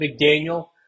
McDaniel